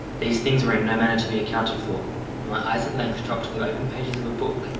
these things were in no manner to be accounted for, and my eyes at length dropped to the open pages of a book,